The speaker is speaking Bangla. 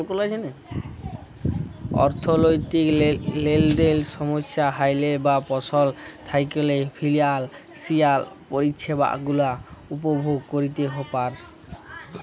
অথ্থলৈতিক লেলদেলে সমস্যা হ্যইলে বা পস্ল থ্যাইকলে ফিলালসিয়াল পরিছেবা গুলা উপভগ ক্যইরতে পার